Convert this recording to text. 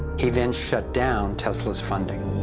he then shut down tesla's funding.